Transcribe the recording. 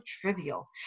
trivial